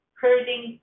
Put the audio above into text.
hurting